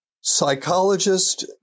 Psychologist